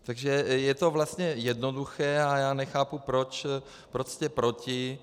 Takže je to vlastně jednoduché a já nechápu, proč jste proti.